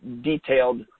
detailed